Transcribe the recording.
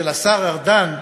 של השר ארדן,